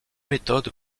méthodes